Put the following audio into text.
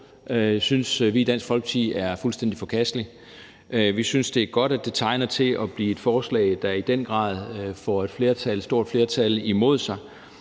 synes vi i Dansk Folkeparti er fuldstændig forkastelig. Vi synes, det er godt, at det tegner til at blive et forslag, der i den grad får et stort flertal imod sig.